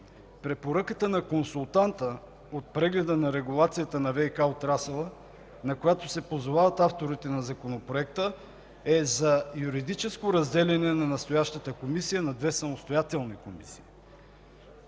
Препоръката на консултанта от прегледа на регулацията на ВиК отрасъла, на която се позовават авторите на Законопроекта, е за юридическо разделяне на настоящата Комисия на две самостоятелни комисии.